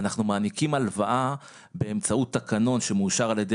אנחנו מעניקים הלוואה באמצעות תקנון שמאושר על ידי